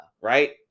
Right